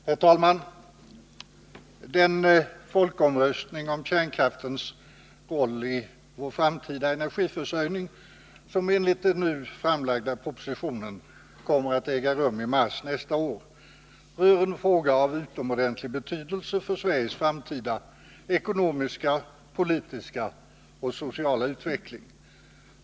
Herr talman! Den folkomröstning om kärnkraftens roll i vår framtida energiförsörjning som enligt den nu framlagda propositionen kommer att äga rum i mars nästa år rör en fråga av utomordentlig betydelse för Sveriges framtida ekonomiska, politiska och sociala utveckling.